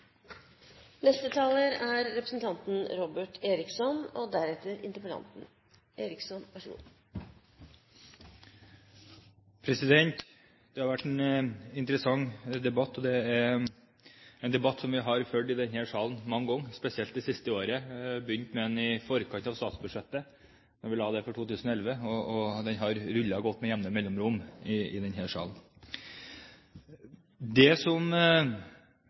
Det har vært en interessant debatt. Det er en debatt vi har hatt i denne salen mange ganger, spesielt det siste året. Vi begynte med den i forkant av statsbudsjettet, da vi la det for 2011, og den har rullet og gått med jevne mellomrom i denne salen. Det er noe som forundrer meg litt når jeg hører på representanter fra Arbeiderpartiet. Det er riktig at det er mange tiltak og mange ting som